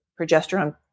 progesterone